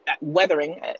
weathering